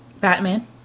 Batman